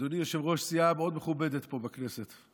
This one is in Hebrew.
ואדוני יושב-ראש סיעה מאוד מכובדת פה בכנסת,